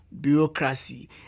bureaucracy